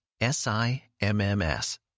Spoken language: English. S-I-M-M-S